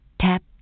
Tap